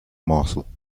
morsel